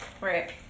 Right